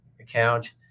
account